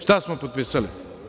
Šta smo potpisali?